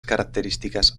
características